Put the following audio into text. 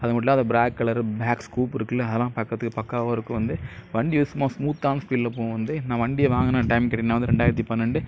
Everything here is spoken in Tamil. அது மட்டும் இல்லாம அந்த பிளாக் கலரு பிளாக் ஸ்குப் இருக்குதுல அதெலான் பார்க்குறத்துக்கு பக்காவாக இருக்கும் வந்து வண்டியும் சும்மா சுமுத்தாகவும் ஸ்பீடில் போகும் வந்து நான் வண்டி வாங்கின டைம் கேட்டீங்கன்னா வந்து ரெண்டாயிரத்தி பன்னெண்டு